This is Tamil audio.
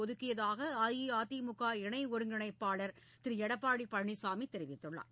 ஒதுக்கியதாக அஇஅதிமுக இணை ஒருங்கிணைப்பாளர் திரு எடப்பாடி பழனிசாமி தெரிவித்துள்ளார்